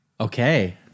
Okay